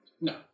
No